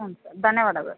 ಹ್ಞೂ ಸ ಧನ್ಯವಾದಗಳು